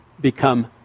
become